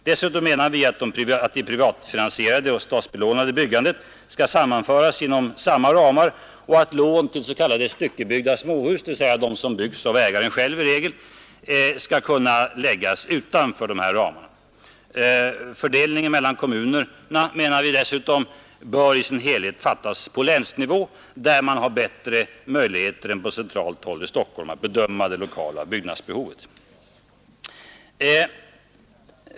Dessutom menar vi att privatfinansierat och statsbelånat byggande skall sammanföras inom samma ramar och att lån till de s.k. styckebyggda småhusen — dvs. de som byggs av ägaren själv i regel — skall kunna läggas utanför dessa ramar. Fördelningen mellan kommunerna bör, menar vi, i sin helhet göras på länsnivå, där man har bättre möjligheter än på centralt håll i Stockholm att bedöma det lokala byggnadsbehovet.